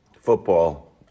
football